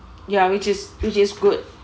ya which is which is good